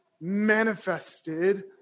manifested